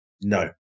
No